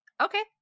Okay